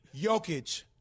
Jokic